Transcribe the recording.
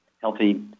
Healthy